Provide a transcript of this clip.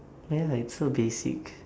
ya like so basic